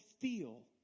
feel